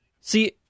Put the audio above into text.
See